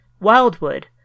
Wildwood